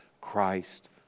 Christ